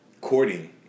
courting